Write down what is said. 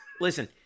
listen